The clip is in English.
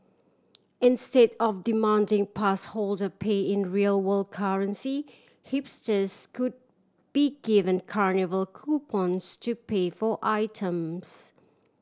instead of demanding pass holder pay in real world currency hipsters could be given carnival coupons to pay for items